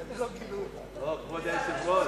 וזה על-חשבוננו,